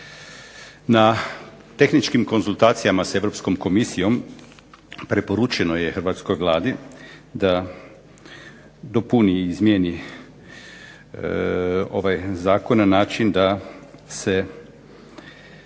Na tehničkim konzultacijama sa Europskom komisijom preporučeno je hrvatskoj Vladi da dopuni i izmijeni ovaj zakon na način da se